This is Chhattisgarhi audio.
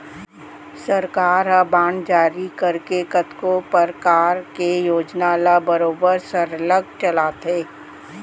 सरकार ह बांड जारी करके कतको परकार के योजना ल बरोबर सरलग चलाथे